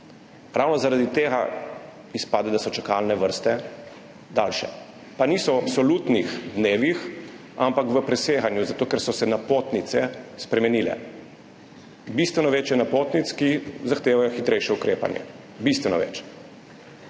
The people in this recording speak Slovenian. Ravno zaradi tega izpade, da so čakalne vrste daljše, pa niso v absolutnih dnevih, ampak v preseganju, zato ker so se napotnice spremenile. Bistveno več je napotnic, ki zahtevajo hitrejše ukrepanje. Bistveno več.